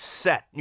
set